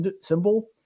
symbol